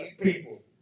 people